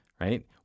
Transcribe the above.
right